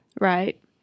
right